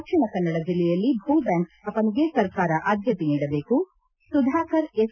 ದಕ್ಷಿಣ ಕನ್ನಡ ಜಿಲ್ಲೆಯಲ್ಲಿ ಭೂ ಬ್ಯಾಂಕ್ ಸ್ಥಾಪನೆಗೆ ಸರ್ಕಾರ ಆದ್ಯತೆ ನೀಡಬೇಕು ಸುಧಾಕರ್ ಎಸ್